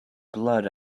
blood